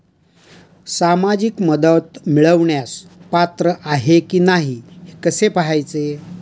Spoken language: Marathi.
सामाजिक मदत मिळवण्यास पात्र आहे की नाही हे कसे पाहायचे?